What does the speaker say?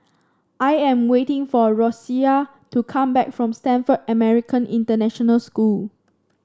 I am waiting for Rosalia to come back from Stamford American International School